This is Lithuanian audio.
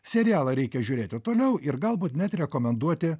serialą reikia žiūrėti toliau ir galbūt net rekomenduoti